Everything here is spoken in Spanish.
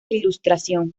ilustración